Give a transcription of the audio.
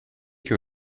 que